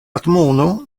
admono